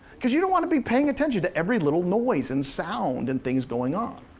cause you don't wanna be paying attention to every little noise and sound and things going on.